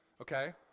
okay